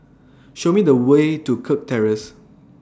Show Me The Way to Kirk Terrace